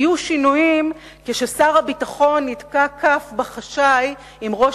יהיו שינויים כששר הביטחון יתקע כף בחשאי עם ראש